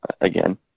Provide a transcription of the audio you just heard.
again